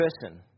person